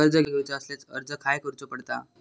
कर्ज घेऊचा असल्यास अर्ज खाय करूचो पडता?